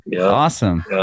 awesome